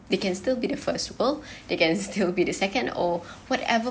they can still be the first world they can still be the second or whatever